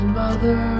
mother